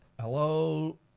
Hello